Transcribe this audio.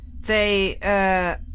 They